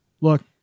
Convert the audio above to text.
look